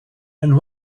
and